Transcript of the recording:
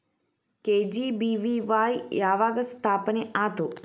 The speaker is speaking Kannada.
ಕೆ.ಜಿ.ಬಿ.ವಿ.ವಾಯ್ ಯಾವಾಗ ಸ್ಥಾಪನೆ ಆತು?